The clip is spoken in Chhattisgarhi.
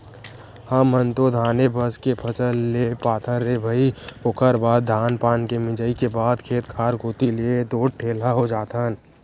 हमन तो धाने बस के फसल ले पाथन रे भई ओखर बाद धान पान के मिंजई के बाद खेत खार कोती ले तो ठेलहा हो जाथन